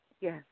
Yes